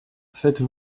faites